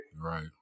Right